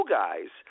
guys